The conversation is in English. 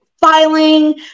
filing